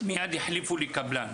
מייד החליפו לי קבלן.